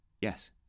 Yes